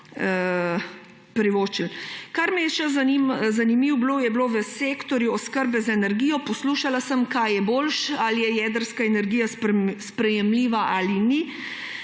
privoščili. Kar mi je bilo še zanimivo, je bilo v sektorju oskrbe z energijo. Poslušala sem, kaj je bolje, ali je jedrska energija sprejemljiva ali ni.